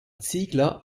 ziegler